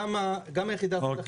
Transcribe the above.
גם יחידת האכיפה.